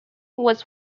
was